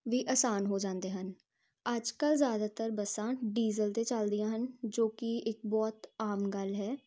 ਵੀ ਆਸਾਨ ਹੋ ਜਾਂਦੇ ਹਨ ਅੱਜ ਕੱਲ੍ਹ ਜ਼ਿਆਦਾਤਰ ਬੱਸਾਂ ਡੀਜ਼ਲ 'ਤੇ ਚੱਲਦੀਆਂ ਹਨ ਜੋ ਕਿ ਇੱਕ ਬਹੁਤ ਆਮ ਗੱਲ ਹੈ